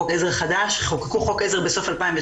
חוק עזר חדש חוקקו חוק עזר בסוף 2019